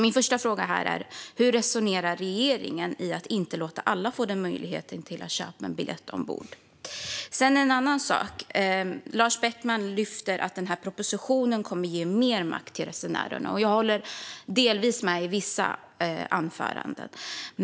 Min första fråga är alltså: Hur resonerar regeringen kring att inte låta alla få möjlighet att köpa biljett ombord? Sedan en annan sak. Lars Beckman lyfter att den här propositionen kommer att ge mer makt till resenärerna, och jag håller delvis med i vissa avseenden.